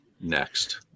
next